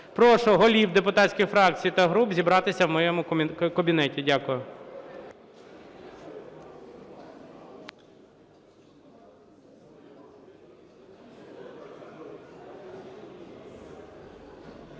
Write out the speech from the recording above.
Прошу голів депутатських фракцій та груп зібратися в моєму кабінеті. Дякую.